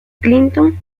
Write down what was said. clinton